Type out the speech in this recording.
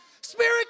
Spirit